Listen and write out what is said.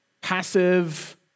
passive